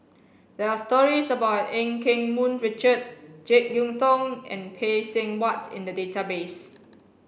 there are stories about Eu Keng Mun Richard Jek Yeun Thong and Phay Seng Whatt in the database